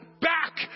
back